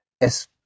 Es